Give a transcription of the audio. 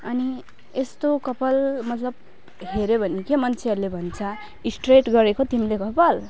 अनि यस्तो कपाल मतलब हेऱ्यो भने के हो मान्छेहरूले भन्छ स्ट्रेट गरेको तिमीले कपाल